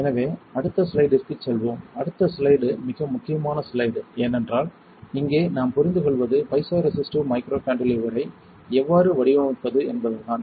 எனவே அடுத்த ஸ்லைடிற்குச் செல்வோம் அடுத்த ஸ்லைடு மிக முக்கியமான ஸ்லைடு ஏனென்றால் இங்கே நாம் புரிந்துகொள்வது பைசோரெசிஸ்டிவ் மைக்ரோகாண்டிலீவரை எவ்வாறு வடிவமைப்பது என்பதுதான்